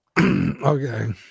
Okay